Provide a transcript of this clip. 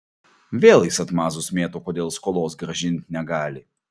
vėl jis atmazus mėto kodėl skolos grąžint negali